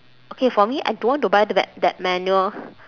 okay for me I don't want to buy that that manual